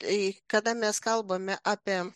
tai kada mes kalbame apie